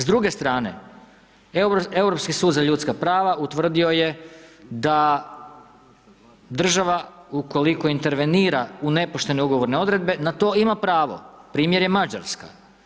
S druge strane, Europski sud za ljudska prava utvrdio je da država, ukoliko intervenira u nepoštene ugovorne odredbe, na to ima pravo, primjer je Mađarska.